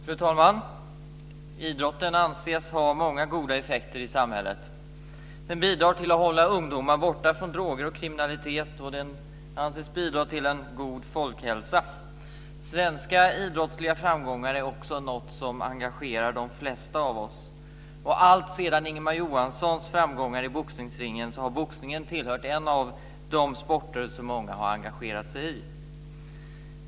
Fru talman! Idrotten anses ha många goda effekter i samhället. Den bidrar till att hålla ungdomar borta från droger och kriminalitet, och den anses bidra till en god folkhälsa. Svenska idrottsliga framgångar är också något som engagerar de flesta av oss. Alltsedan Ingemar Johanssons framgångar i boxningsringen har boxningen varit en av de sporter som många har engagerat sig i.